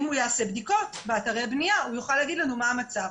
אם הוא יעשה בדיקות באתרי בנייה הוא יוכל להגיד לנו מה המצב.